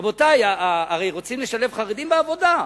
רבותי, הרי רוצים לשלב חרדים בעבודה?